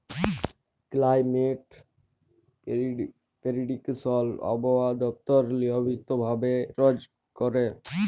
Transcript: climate prediction আবহাওয়া দপ্তর নিয়মিত ভাবে রজ ক্যরে